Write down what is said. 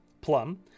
Plum